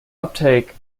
uptake